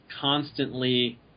constantly